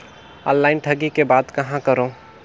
Online ठगी के बाद कहां करों?